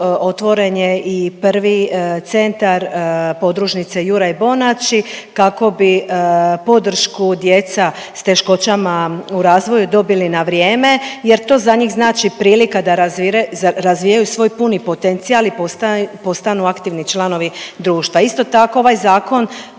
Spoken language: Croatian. otvoren je i prvi centar podružnice Juraj Bonači kako bi podršku djeca s teškoćama u razvoju dobili na vrijeme jer to za njih znači prilika da razvijaju svoj puni potencijal i postanu aktivni članovi društva. Isto tako, ovaj zakon